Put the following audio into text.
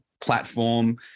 platform